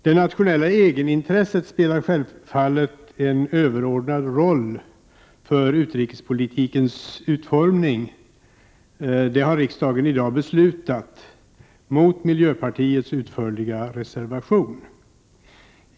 ”Det nationella egenintresset spelar självfallet en överordnad roll för utrikespolitikens utformning.” Detta har riksdagen i dag beslutat om mot miljöpartiets utförliga reservation.